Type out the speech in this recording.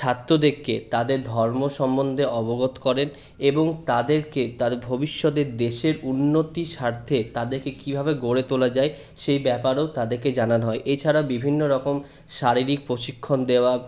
ছাত্রদেরকে তাদের ধর্ম সম্বন্ধে অবগত করেন এবং তাদেরকে তার ভবিষ্যতে দেশের উন্নতির স্বার্থে তাদেরকে কীভাবে গড়ে তোলা যায় সেই ব্যাপারেও তাদেরকে জানানো হয় এছাড়া বিভিন্ন রকম শারীরিক প্রশিক্ষণ দেওয়া